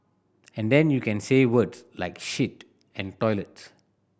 and then you can say words like shit and toilets